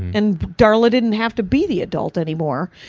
and darla didn't have to be the adult anymore,